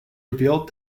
revealed